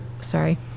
sorry